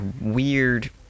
weird